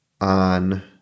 on